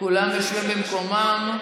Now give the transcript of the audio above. כולם יושבים במקומם.